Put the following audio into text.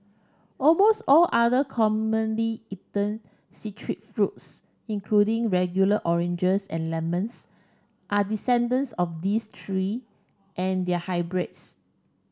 almost all other commonly eaten citrus fruits including regular oranges and lemons are descendants of these three and their hybrids